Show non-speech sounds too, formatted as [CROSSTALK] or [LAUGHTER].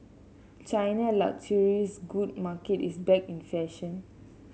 China luxury [UNINTELLIGIBLE] good market is back in fashion